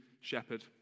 shepherd